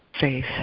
faith